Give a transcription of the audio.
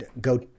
go